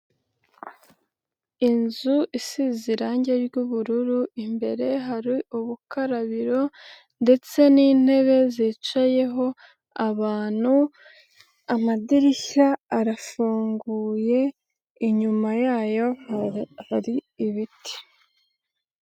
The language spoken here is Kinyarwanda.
Inzu isize irangi ry'ubururu, imbere hari ubukarabiro ndetse n'intebe zicayeho abantu, amadirishya arafunguye, inyuma yayo ari ibiti.